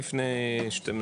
לפני שאתם,